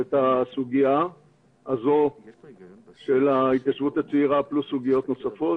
את הסוגיה הזאת של ההתיישבות הצעירה פלוס סוגיות נוספות.